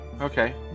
Okay